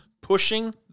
pushing